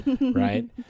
right